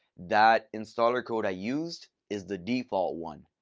that installer code i used is the default one.